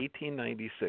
1896